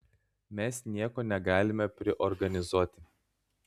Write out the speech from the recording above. mes nieko negalime priorganizuoti